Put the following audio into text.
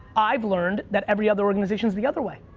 i've learned that every other organization's the other way.